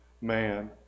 man